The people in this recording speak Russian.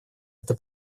это